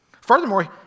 Furthermore